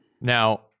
Now